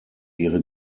ihre